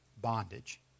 bondage